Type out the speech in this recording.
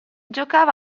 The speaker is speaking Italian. giocava